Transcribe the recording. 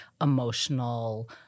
emotional